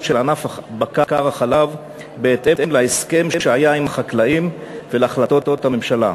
של ענף הבקר לחלב בהתאם להסכם שהיה עם החקלאים ולהחלטות הממשלה.